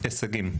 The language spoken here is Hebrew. קוראים לה הישגים.